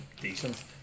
decent